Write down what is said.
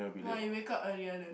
!wah! you wake up earlier than